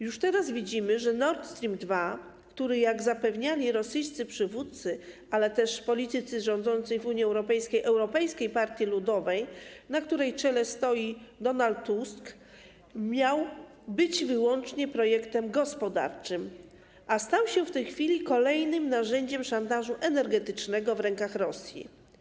Już teraz widzimy, że Nord Stream 2, który jak zapewniali rosyjscy przywódcy, ale też politycy rządzącej w Unii Europejskiej Europejskiej Partii Ludowej, na której czele stoi Donald Tusk, miał być wyłącznie projektem gospodarczym, stał się kolejnym narzędziem szantażu energetycznego w rękach Rosji.